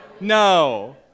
No